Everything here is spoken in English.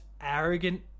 arrogant